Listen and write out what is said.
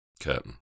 Curtain